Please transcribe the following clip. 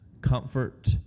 comfort